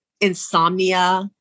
insomnia